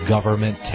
Government